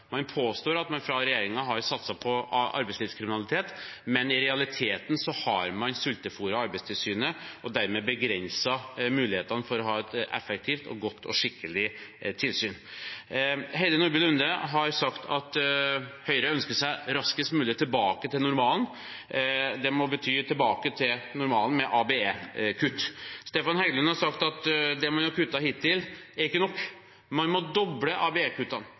Man påstår at man fra regjeringen har satset på arbeidslivskriminalitet, men i realiteten har man sultefôret Arbeidstilsynet og dermed begrenset mulighetene for å ha et effektivt og godt og skikkelig tilsyn. Heidi Nordby Lunde har sagt at Høyre ønsker seg raskest mulig tilbake til normalen. Det må bety tilbake til normalen med ABE-kutt. Stefan Heggelund har sagt at det man har kuttet hittil, ikke er nok, og at man må doble